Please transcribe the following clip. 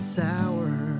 sour